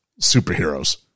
superheroes